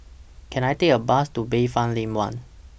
Can I Take A Bus to Bayfront Lane one